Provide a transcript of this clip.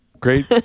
Great